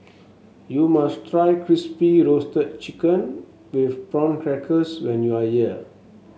you must try Crispy Roasted Chicken with Prawn Crackers when you are here